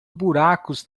buracos